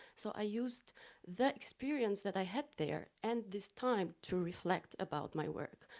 so i used the experience that i had there and this time to reflect about my work.